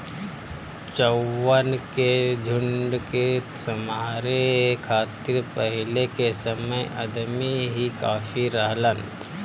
चउवन के झुंड के सम्हारे खातिर पहिले के समय अदमी ही काफी रहलन